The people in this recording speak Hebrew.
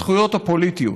לזכויות הפוליטיות,